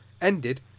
ended